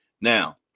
Now